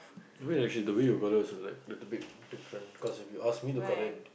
I mean like she's the way you colour also like a bit different because if you ask me the colour